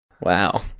wow